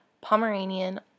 Pomeranian